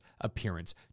appearance